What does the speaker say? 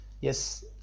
Yes